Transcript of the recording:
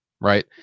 right